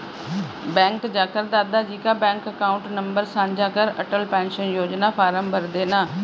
bank जाकर दादा जी का बैंक अकाउंट नंबर साझा कर अटल पेंशन योजना फॉर्म भरदेना